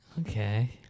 Okay